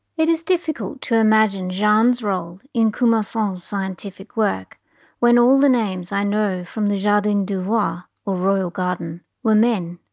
it is difficult to imagine jeanne's role in commerson's scientific work when all the names i know from the jardin du ah ah roi and were men.